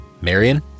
Marion